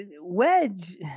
Wedge